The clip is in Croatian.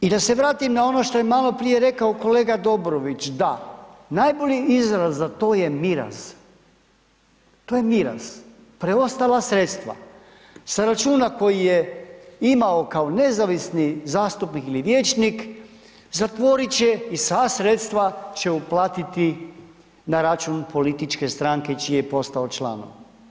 I da se vratim na ono što je maloprije rekao kolega Dobrović da najbolji izraz za to je miraz, to je miraz, preostala sredstva sa računa koji je imao kao nezavisni zastupnik ili vijećnik zatvoriti će i sva sredstva će uplatiti na račun političke stranke čiji je postao članom.